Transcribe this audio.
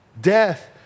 Death